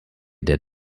der